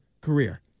career